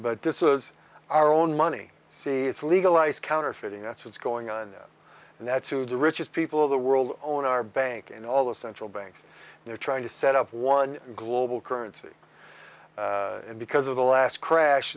but this is our own money see it's legalized counterfeiting that's what's going on and that's who the richest people of the world own our bank and all of central banks they're trying to set up one global currency and because of the last crash